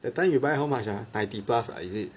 that time you buy how much ah ninety plus ah is it